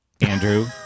Andrew